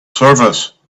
service